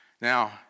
Now